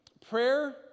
prayer